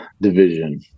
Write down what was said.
division